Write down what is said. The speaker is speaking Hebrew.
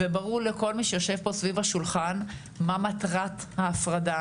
וברור לכל מי שיושב פה סביב השולחן מה מטרת ההפרדה,